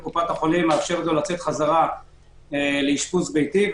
והיא מאפשרת לו לצאת חזרה לאשפוז ביתי,